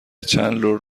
چندلر